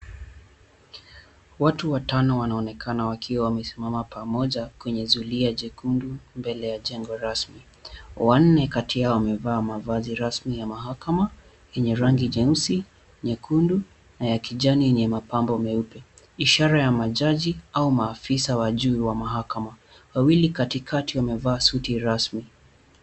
Watu watano wanaonekana wakiwa wamesimama pamoja kwenye zulia jekundu mbele ya jengo rasmi. Wanne kati yao wamevaa mavazi rasmi ya mahakama yenye rangi jeusi, nyekundu na ya kijani yenye mapambo meupe. Ishara ya majaji au maafisa we juu wa mahakama. Wawili katikati wamevaa suti rasmi.